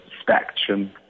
spectrum